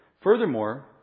Furthermore